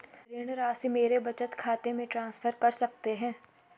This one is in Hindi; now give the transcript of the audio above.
ऋण राशि मेरे बचत खाते में ट्रांसफर कर सकते हैं?